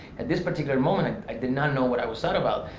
at this particular moment i did not know what i was sad about.